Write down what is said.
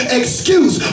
excuse